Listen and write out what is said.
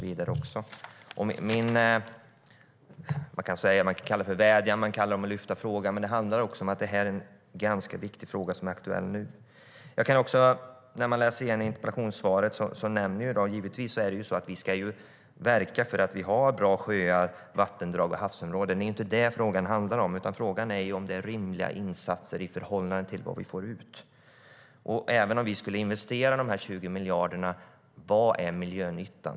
Vi kan kalla detta för en vädjan eller för att lyfta upp frågan, men det handlar om att det är viktig fråga som är aktuell nu. Givetvis ska vi verka för bra sjöar, vattendrag och havsområden vilket nämns i interpellationssvaret. Frågan handlar inte om det, utan frågan är om det är rimliga insatser i förhållande till vad vi får ut. Och vad blir miljönyttan om vi investerar de 20 miljarderna?